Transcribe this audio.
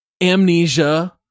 Amnesia